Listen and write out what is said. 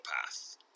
path